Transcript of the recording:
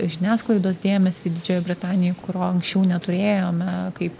žiniasklaidos dėmesį didžiojoj britanijoj kurio anksčiau neturėjome kaip